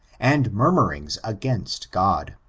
and murmurings against god.